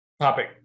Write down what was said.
topic